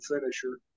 finisher